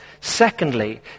Secondly